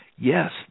Yes